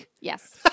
Yes